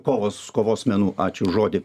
kovos kovos menų ačiū už žodį